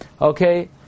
Okay